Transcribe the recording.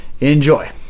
Enjoy